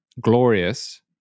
glorious